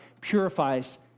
purifies